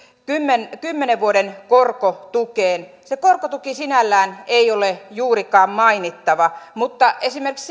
kymmenen kymmenen vuoden korkotukeen niin se korkotuki sinällään ei ole juurikaan mainittava mutta esimerkiksi